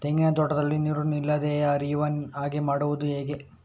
ತೆಂಗಿನ ತೋಟದಲ್ಲಿ ನೀರು ನಿಲ್ಲದೆ ಹರಿಯುವ ಹಾಗೆ ಮಾಡುವುದು ಹೇಗೆ?